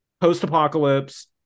post-apocalypse